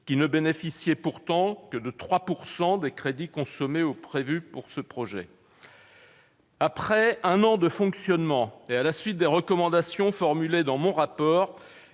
qui ne bénéficiait pourtant que de 3 % des crédits consommés ou prévus pour ce projet. Après un an de fonctionnement, et à la suite des recommandations formulées dans mon rapport,